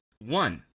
one